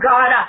God